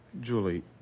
Julie